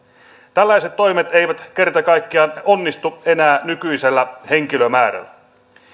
tällaiset toimet eivät kerta kaikkiaan onnistu enää nykyisellä henkilömäärällä